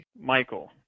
Michael